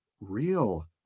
real